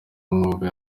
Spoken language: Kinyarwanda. umwuga